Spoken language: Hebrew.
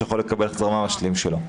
שהוא יכול לקבל החזר מהמשלים שלו.